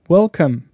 Welcome